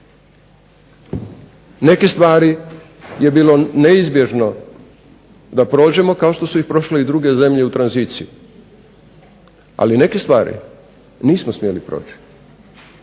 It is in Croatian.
Neke stvari je bilo neizbježno da prođemo kao što su i prošle i druge zemlje u tranziciji. Ali neke stvari nismo smjeli proći.